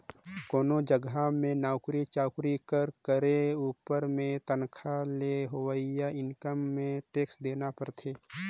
कोनो जगहा में नउकरी चाकरी कर करे उपर में तनखा ले होवइया इनकम में टेक्स देना परथे